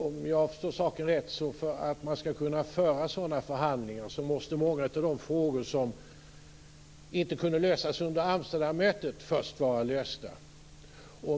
Om jag förstod saken rätt måste, för att man skall kunna föra sådana förhandlingar, många av de frågor som inte kunde lösas under Amsterdammötet vara lösta.